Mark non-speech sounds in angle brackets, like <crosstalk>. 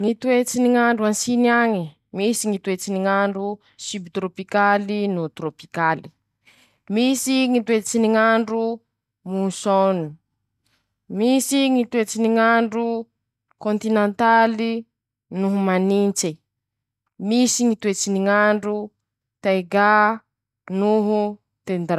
Ñy toetsy ny ñ'andro <shushes> a Siny añe: Misy Ñy toetsy ny ñ'andro sibitorôpikaly no torôpikaly, misy ñy tortsy ny ñ'andro mosôn <shushes> y, misy Ñy toetsy ny ñ'andro kôntinantaly noho manintse, misy Ñy toetsy ny ñ'andro taiga noho.